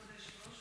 כבוד היושב-ראש,